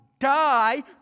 Die